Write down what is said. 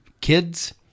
kids